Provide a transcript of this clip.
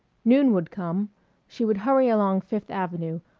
noon would come she would hurry along fifth avenue,